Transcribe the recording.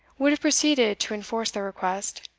would have proceeded to enforce their request,